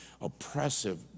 oppressive